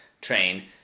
train